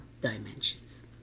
dimensions